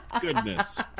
goodness